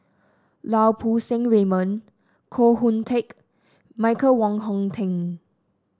Lau Poo Seng Raymond Koh Hoon Teck Michael Wong Hong Teng